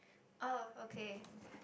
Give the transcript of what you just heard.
oh okay